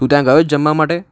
તું ત્યાં ગયો છે જમવા માટે